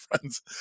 friends